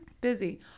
busy